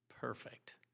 perfect